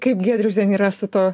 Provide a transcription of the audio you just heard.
kaip giedriau ten yra su tuo